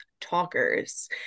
talkers